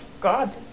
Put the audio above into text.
god